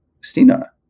Stina